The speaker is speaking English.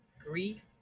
grief